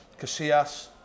Casillas